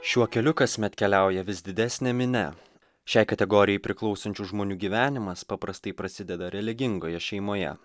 šiuo keliu kasmet keliauja vis didesnė minia šiai kategorijai priklausančių žmonių gyvenimas paprastai prasideda religingoje šeimoje